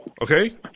Okay